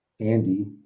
Andy